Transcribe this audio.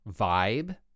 vibe